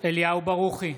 אליהו ברוכי,